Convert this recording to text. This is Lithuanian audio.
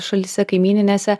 šalyse kaimyninėse